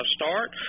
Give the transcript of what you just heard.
start